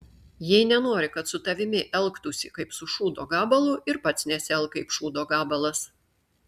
jei nenori kad su tavimi elgtųsi kaip su šūdo gabalu ir pats nesielk kaip šūdo gabalas